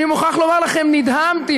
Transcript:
אני מוכרח לומר לכם, נדהמתי,